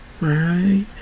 right